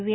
V